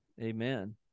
amen